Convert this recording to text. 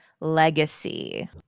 legacy